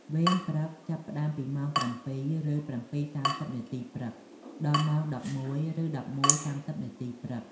វេនព្រឹកចាប់ផ្ដើមពីម៉ោង៧:០០ឬ ៧:៣០នាទីព្រឹក ដល់ម៉ោង ១១:០០ ឬ ១១:៣០នាទីព្រឹក។